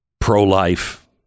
Pro-life